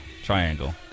Triangle